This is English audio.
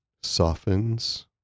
softens